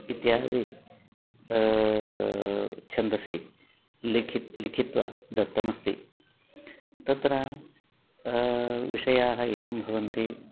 इत्यादौ छन्दसि लिखित् लिखित्वा दत्तमस्ति तत्र विषयाः एवं भवन्ति